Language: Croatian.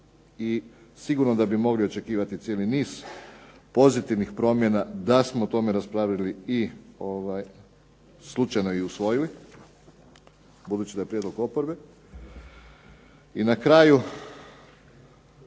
i sigurno da bi mogli očekivati cijeli niz pozitivnih promjena da smo o tome raspravljali i slučajno usvojili, budući da je prijedlog oporbe. I na kraju,